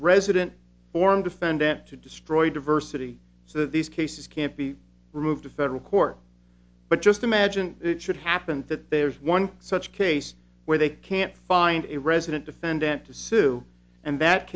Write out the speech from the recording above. resident form defendant to destroy diversity so these cases can't be removed to federal court but just imagine it should happen that there's one such case where they can't find a resident defendant to sue and that